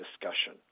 discussion